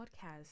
podcast